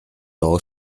阁楼